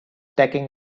taking